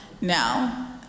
Now